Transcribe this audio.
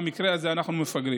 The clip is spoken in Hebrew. במקרה הזה אנחנו מפגרים.